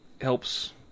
helps